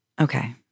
Okay